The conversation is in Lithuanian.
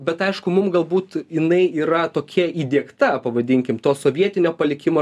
bet aišku mum galbūt jinai yra tokia įdiegta pavadinkime to sovietinio palikimo